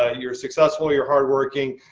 ah you're successful, you're hard-working,